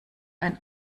ein